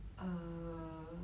err